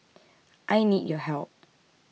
I need your help